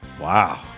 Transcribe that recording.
Wow